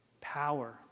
Power